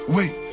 Wait